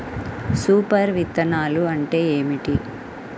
Super విత్తనాలు అంటే ఏమిటి?